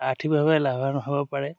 আৰ্থিকভাৱে লাভৱান হ'ব পাৰে